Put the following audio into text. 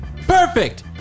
Perfect